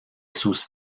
sus